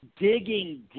digging